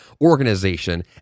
organization